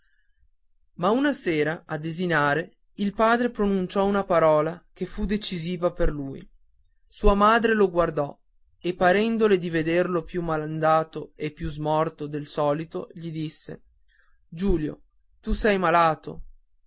ma una sera a desinare il padre pronunciò una parola che fu decisiva per lui sua madre lo guardò e parendole di vederlo più malandato e più smorto del solito gli disse giulio tu sei malato